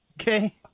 Okay